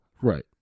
Right